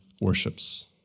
worships